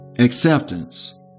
Acceptance